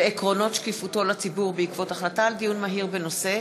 ועקרונות שקיפותו לציבור בעקבות דיון מהיר בהצעתו של חבר